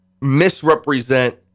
misrepresent